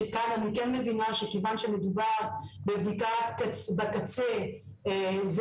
שכאן אני כן מבינה שכיוון שמדובר בבדיקה בקצה זה